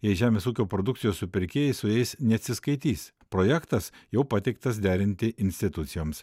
jei žemės ūkio produkcijos supirkėjai su jais neatsiskaitys projektas jau pateiktas derinti institucijoms